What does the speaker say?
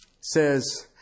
says